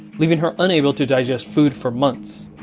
leaving her unable to digest food for months.